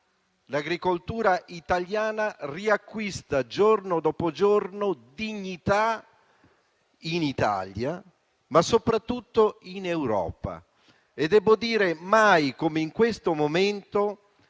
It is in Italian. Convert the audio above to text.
l'agricoltura italiana riacquista giorno dopo giorno dignità in Italia, ma soprattutto in Europa. Debbo dire che mai come in questo momento